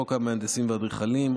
50. חוק המהנדסים והאדריכלים,